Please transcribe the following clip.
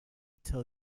tell